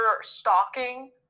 stalking